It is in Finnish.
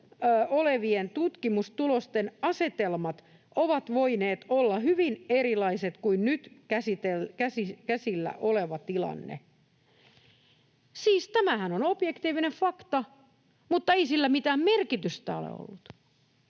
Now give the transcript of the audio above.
tämähän on objektiivinen fakta, mutta ei sillä mitään merkitystä ole ollut.